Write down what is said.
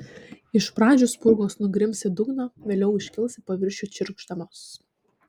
iš pradžių spurgos nugrims į dugną vėliau iškils į paviršių čirkšdamos